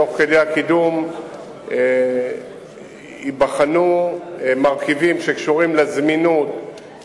תוך כדי הקידום ייבחנו מרכיבים שקשורים לזמינות,